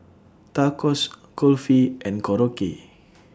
Tacos Kulfi and Korokke